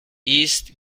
east